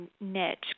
niche